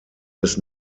des